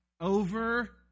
over